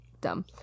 dumb